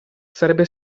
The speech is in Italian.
sarebbe